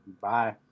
bye